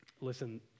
listen